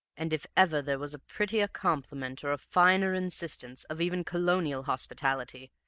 and if ever there was a prettier compliment, or a finer instance of even colonial hospitality,